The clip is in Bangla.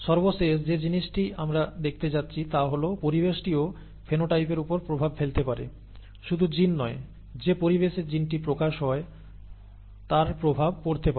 সর্বশেষ যে জিনিসটি আমরা দেখতে যাচ্ছি তা হল পরিবেশটিও ফিনোটাইপের উপর প্রভাব ফেলতে পারে শুধু জিন নয় যে পরিবেশে জিনটি প্রকাশ হয় তার প্রভাব পড়তে পারে